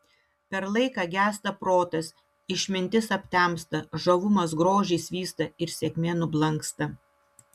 per laiką gęsta protas išmintis aptemsta žavumas grožis vysta ir sėkmė nublanksta